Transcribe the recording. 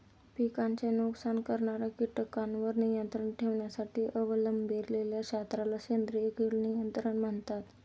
पिकांचे नुकसान करणाऱ्या कीटकांवर नियंत्रण ठेवण्यासाठी अवलंबिलेल्या शास्त्राला सेंद्रिय कीड नियंत्रण म्हणतात